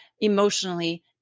emotionally